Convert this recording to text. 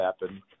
happen